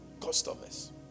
customers